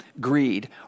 greed